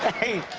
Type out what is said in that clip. hey,